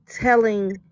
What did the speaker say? telling